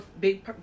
big